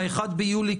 ב-1 ביולי,